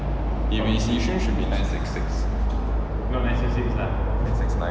if is yishun should be nine six six nine six nine